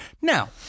now